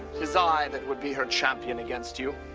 tis i that would be her champion against you.